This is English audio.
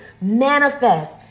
Manifest